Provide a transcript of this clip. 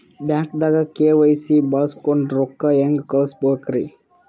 ಬ್ಯಾಂಕ್ದಾಗ ಕೆ.ವೈ.ಸಿ ಬಳಸ್ಕೊಂಡ್ ರೊಕ್ಕ ಹೆಂಗ್ ಕಳಸ್ ಬೇಕ್ರಿ?